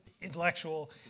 intellectual